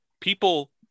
people